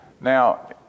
Now